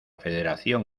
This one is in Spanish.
federación